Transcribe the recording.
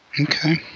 Okay